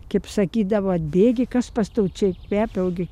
kaip sakydavo atbėgi kas pas tau čia kvepia augi